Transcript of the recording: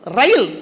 Rail